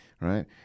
right